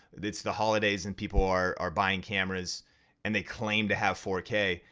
it's the holidays and people are are buying cameras and they claim to have four k.